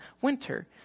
winter